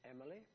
Emily